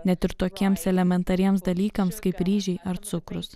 net ir tokiems elementariems dalykams kaip ryžiai ar cukrus